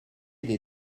des